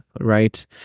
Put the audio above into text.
right